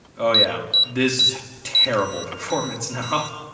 oh yeah, this is terrible performance and